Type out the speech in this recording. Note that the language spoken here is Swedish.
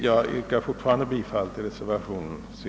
Jag vidhåller mitt yrkande om bifall till reservationen C.